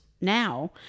now